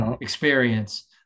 experience